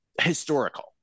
historical